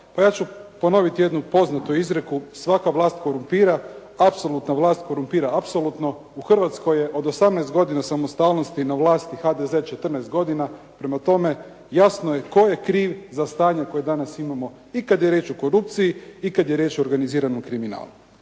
Pa ja ću ponoviti jednu poznatu izreku: «Svaka vlast korumpira. Apsolutna vlast korumpira apsolutno. U Hrvatskoj je od 18 godina samostalnosti na vlasti HDZ 14 godina.» Prema tome jasno je tko je kriv za stanje koje danas imamo i kad je riječ o korupciji i kad je riječ o organiziranom kriminalu.